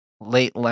late